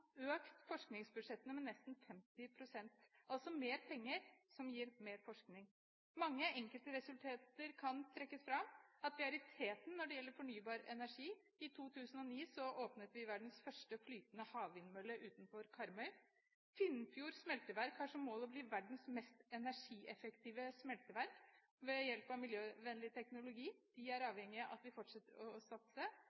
økt forskningsbudsjettene med nesten 50 pst. – mer penger, som gir mer forskning. Mange enkeltresultater kan trekkes fram – at vi er i teten når det gjelder fornybar energi. I 2009 åpnet vi verdens første flytende havvindmølle utenfor Karmøy. Finnfjord smelteverk har som mål å bli verdens mest energieffektive smelteverk ved hjelp av miljøvennlig teknologi. De er